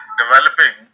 developing